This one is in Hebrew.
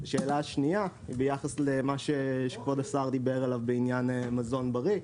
השאלה השנייה היא ביחס למה שכבוד השר דיבר עליו בעניין מזון בריא,